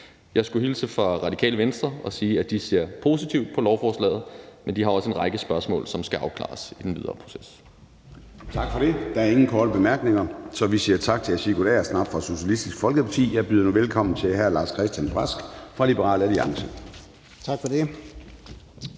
Jeg skulle hilse fra Radikale Venstre og sige, at de ser positivt på lovforslaget, men de har også en række spørgsmål, som skal afklares i det videre forløb. Kl. 10:49 Formanden (Søren Gade): Tak for det. Der er ingen korte bemærkninger, så vi siger tak til hr. Sigurd Agersnap fra Socialistisk Folkeparti. Jeg byder nu velkommen til hr. Lars-Christian Brask fra Liberal Alliance.